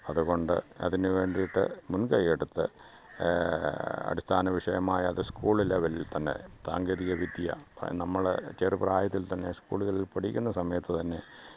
അതുകൊണ്ട് അതിനുവേണ്ടിയിട്ട് മുന്കൈ എടുത്ത് അടിസ്ഥാനവിഷയമായി അത് സ്കൂൾ ലെവലില് തന്നെ സാങ്കേതികവിദ്യ പാ നമ്മളെ ചെറുപ്രായത്തില് തന്നെ സ്കൂളുകളില് പഠിക്കുന്ന സമയത്ത് തന്നെ